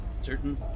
certain